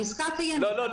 העסקה הקיימת --- לא,